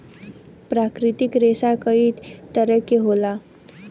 प्राकृतिक रेसा कई तरे क होला